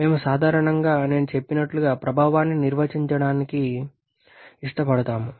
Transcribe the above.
మేము సాధారణంగా నేను చెప్పినట్లుగా ప్రభావాన్ని నిర్వచించడాన్ని ఇష్టపడతాము